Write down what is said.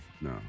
No